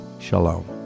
Shalom